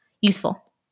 useful